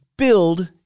Build